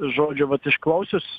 žodžiu vat išklausius